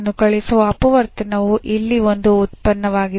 ಅನುಕಲಿಸುವ ಅಪವರ್ತನವು ಇಲ್ಲಿ ಒಂದು ಉತ್ಪನ್ನವಾಗಿದೆ